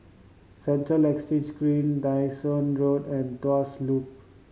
Central Exchange Green Dyson Road and Tuas Loop